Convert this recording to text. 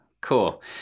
cool